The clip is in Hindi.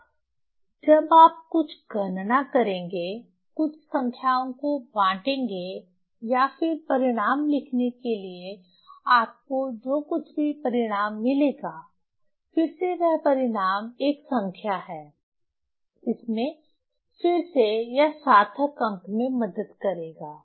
अब जब आप कुछ गणना करेंगे कुछ संख्याओं को बाटेंगे और फिर परिणाम लिखने के लिए आपको जो कुछ भी परिणाम मिलेगा फिर से वह परिणाम एक संख्या है इसमें फिर से यह सार्थक अंक में मदद करेगा